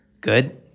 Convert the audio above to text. Good